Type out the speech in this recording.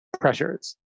pressures